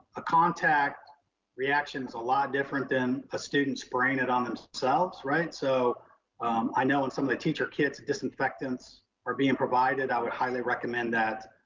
a contact reaction's a lot different than a student spraying it on themselves, right. so i know when some of the teacher kits, disinfectants are being provided, i would highly recommend that